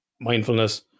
mindfulness